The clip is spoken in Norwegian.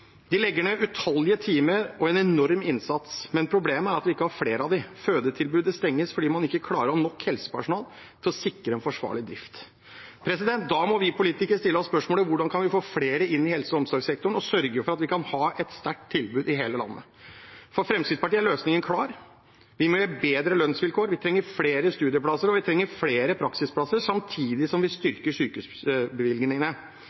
De legger ned utallige timer og en enorm innsats, men problemet er at vi ikke har flere av dem. Fødetilbud stenges fordi man ikke klarer å ha nok helsepersonell til å sikre en forsvarlig drift. Da må vi politikere stille oss spørsmålet: Hvordan kan vi få flere inn i helse- og omsorgssektoren og sørge for at vi kan ha et sterkt tilbud i hele landet? For Fremskrittspartiet er løsningen klar: Vi må gi bedre lønnsvilkår, vi trenger flere studieplasser, og vi trenger flere praksisplasser, samtidig som vi